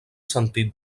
sentit